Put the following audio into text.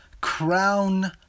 crown